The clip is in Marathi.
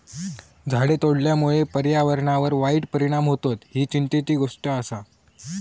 झाडे तोडल्यामुळे पर्यावरणावर वाईट परिणाम होतत, ही चिंतेची गोष्ट आसा